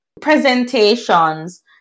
presentations